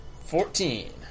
fourteen